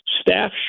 staff